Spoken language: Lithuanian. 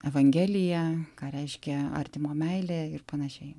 evangelija ką reiškia artimo meilė ir panašiai